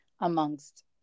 amongst